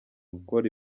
gukora